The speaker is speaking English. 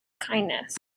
kindness